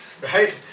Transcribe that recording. right